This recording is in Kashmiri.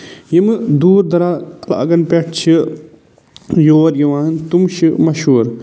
یِمہٕ دوٗر دراز علاقَن پٮ۪ٹھ چھِ یور یِوان تِم چھِ مہشوٗر